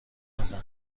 نزن